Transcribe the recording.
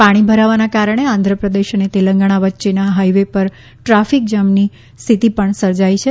પાણી ભરાવાના કારણે આંધ્રપ્રદેશ અને તેલંગાણા વચ્ચેના હાઇ વે પર ટ્રાફિક જમણી સ્થિતિ સર્જાઈ છે